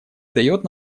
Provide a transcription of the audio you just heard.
дает